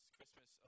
Christmas